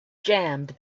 jammed